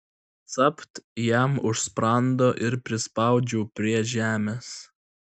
capt jam už sprando ir prispaudžiau prie žemės